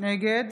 נגד